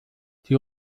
die